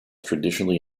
traditionally